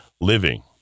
living